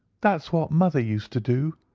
that's what mother used to do.